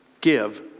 give